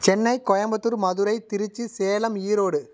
Chennai Coimbatore Madurai Tiruchi Salem Erode